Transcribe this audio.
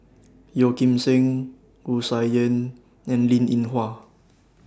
Yeo Kim Seng Wu Tsai Yen and Linn in Hua